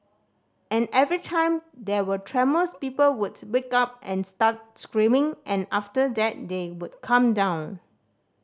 and every time there were tremors people would wake up and start screaming and after that they would calm down